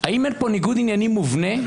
האם אין פה ניגוד עניינים מובנה?